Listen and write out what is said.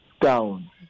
down